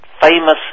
famous